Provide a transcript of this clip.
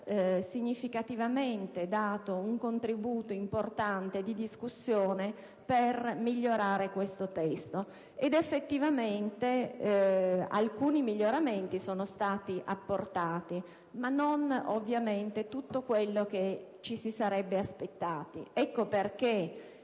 significativamente dato un contributo importante di discussione per migliorare questo testo, ed effettivamente alcuni miglioramenti sono stati apportati, ma non ovviamente tutti quelli che ci si sarebbe aspettati.